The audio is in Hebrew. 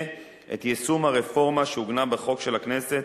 את יישום הרפורמה שעוגנה בחוק של הכנסת